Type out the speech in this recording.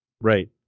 Right